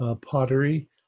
pottery